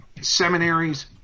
seminaries